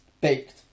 baked